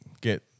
get